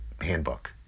handbook